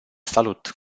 salut